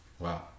Wow